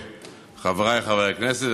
חבריי חברי הכנסת,